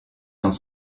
dans